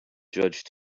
judge